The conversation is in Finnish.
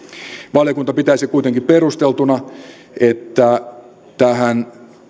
valiokunta pitäisi kuitenkin perusteltuna että tähän